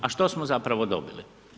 A što smo zapravo dobili?